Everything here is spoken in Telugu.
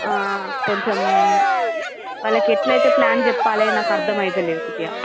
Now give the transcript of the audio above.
కొంచెం వాళ్ళకి ఎట్లయితే ప్లాన్ చెప్పాలే నాకు అర్ధం అయితలేదు కొద్దిగా